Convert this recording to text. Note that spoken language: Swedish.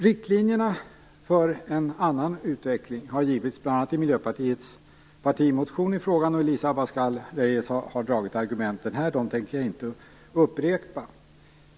Riktlinjer för en annan utveckling i frågan har givits i en partimotion från Miljöpartiet. Elisa Abascal Reyes har föredragit argumenten, och jag tänker inte upprepa dem.